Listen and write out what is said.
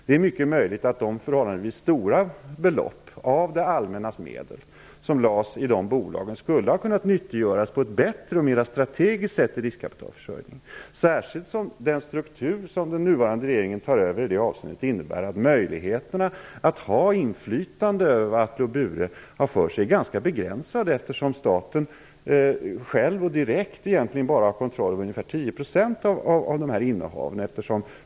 Det är mycket möjligt att de förhållandevis stora belopp av det allmännas medel som lades i de bolagen skulle ha kunnat nyttiggöras på ett bättre och mer strategiskt sätt i riskkapitalförsörjningen, särskilt som den struktur som den nuvarande regeringen tar över i det avseendet innebär att möjligheterna att ha inflytande över vad Atle och Bure har för sig är ganska begränsade. Staten har ju bara direkt kontroll över ungefär 10 % av detta innehav.